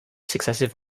successive